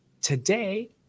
today